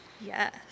Yes